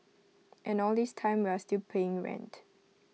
and all this time we are still paying rent